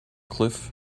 cliff